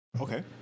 Okay